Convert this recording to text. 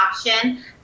option